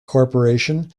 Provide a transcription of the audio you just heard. corporation